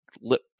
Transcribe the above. lip